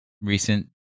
recent